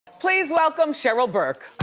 please welcome, cheryl burke.